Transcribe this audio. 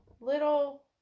little